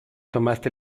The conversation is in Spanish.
tomaste